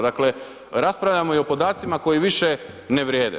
Dakle, raspravljamo i o podacima koji više ne vrijede.